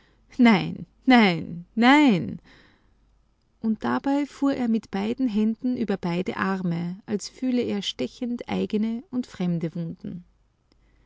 nein nein nein und dabei fuhr er mit beiden händen über beide arme als fühlte er stechend eigene und fremde wunden